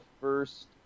first